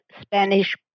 Spanish